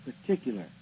particular